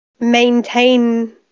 maintain